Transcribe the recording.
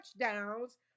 touchdowns